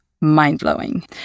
mind-blowing